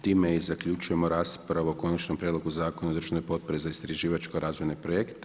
Time i zaključujemo raspravu o Konačnom prijedlogu Zakona o državnoj potpori za istraživačko razvojne projekte.